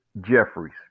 Jeffries